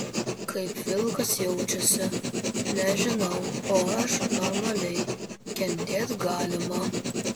kaip vilkas jaučiasi nežinau o aš normaliai kentėt galima